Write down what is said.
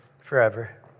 forever